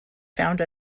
found